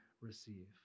receive